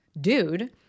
dude